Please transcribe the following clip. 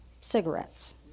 cigarettes